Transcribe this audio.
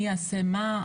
מי יעשה מה.